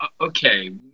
Okay